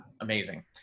amazing